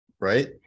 right